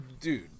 Dude